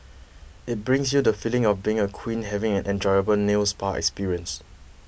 it brings you the feeling of being a queen having an enjoyable nail spa experience